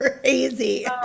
crazy